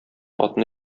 атны